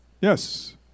Yes